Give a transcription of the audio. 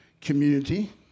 community